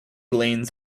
lanes